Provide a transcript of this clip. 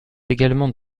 également